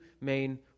main